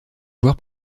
joueur